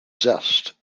zest